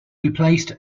replaced